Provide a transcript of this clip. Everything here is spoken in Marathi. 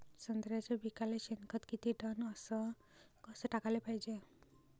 संत्र्याच्या पिकाले शेनखत किती टन अस कस टाकाले पायजे?